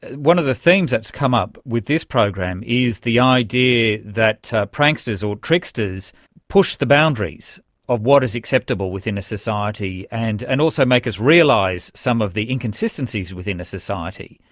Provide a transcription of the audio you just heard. one of the themes that's come up with this program, is the idea that pranksters or tricksters push the boundaries of what is acceptable within a society, and and also make us realise some of the inconsistencies within a society.